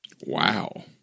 Wow